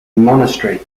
monastery